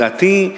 לדעתי,